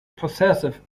possessive